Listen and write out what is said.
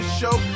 show